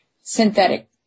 synthetic